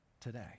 today